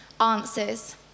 answers